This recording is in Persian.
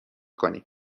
کنیم